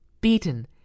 Beaten